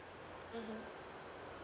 mmhmm